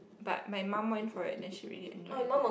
but my mum went for it then she really enjoyed it